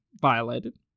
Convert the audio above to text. violated